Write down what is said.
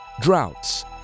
droughts